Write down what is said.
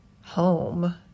home